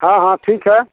हाँ हाँ ठीक है